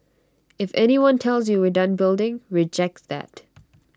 if anyone tells you we're done building reject that